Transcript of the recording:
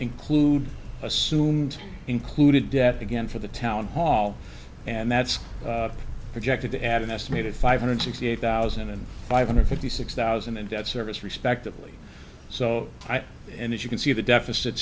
include assumed included death again for the town hall and that's projected to add an estimated five hundred sixty eight thousand and five hundred fifty six thousand in debt service respectively so and as you can see the deficit